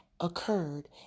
occurred